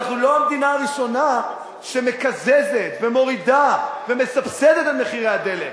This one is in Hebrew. אנחנו לא המדינה הראשונה שמקזזת ומורידה ומסבסדת את מחירי הדלק.